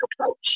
approach